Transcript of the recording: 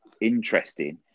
interesting